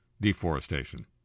deforestation